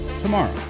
tomorrow